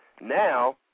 now